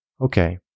Okay